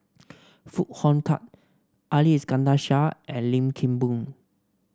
Foo Hong Tatt Ali Iskandar Shah and Lim Kim Boon